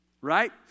right